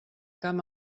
camp